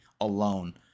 alone